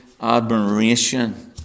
admiration